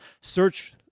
Search